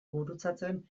gurutzatzen